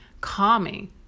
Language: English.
calming